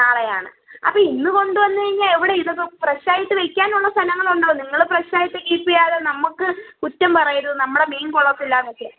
നാളെയാണ് അപ്പം ഇന്ന് കൊണ്ടുവന്നുകഴിഞ്ഞാൽ എവിടെ ഇടും ഫ്രഷ് ആയിട്ട് വയ്ക്കാനുള്ള സ്ഥലങ്ങൾ ഉണ്ടോ നിങ്ങൾ ഫ്രഷ് ആയിട്ട് കീപ്പ് ചെയ്യാതെ നമുക്ക് കുറ്റം പറയരുത് നമ്മുടെ മീൻ കൊള്ളില്ല എന്നൊക്കെ